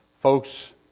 Folks